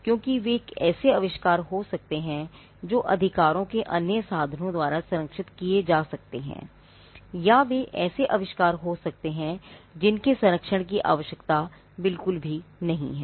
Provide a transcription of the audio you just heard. क्योंकि वे ऐसे आविष्कार हो सकते हैं जो अधिकारों के अन्य साधनों द्वारा संरक्षित किए जा सकते हैं या वे ऐसे आविष्कार हो सकते हैं जिनके सरंक्षण की आवश्यकता बिल्कुल भी नहीं है